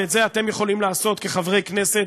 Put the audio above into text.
ואת זה אתם יכולים לעשות כחברי כנסת,